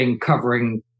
covering